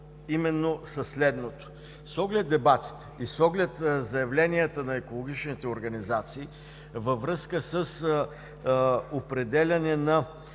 именно с оглед дебатите и с оглед заявленията на екологичните организации във връзка с определяне на